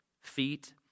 feet